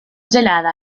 gelada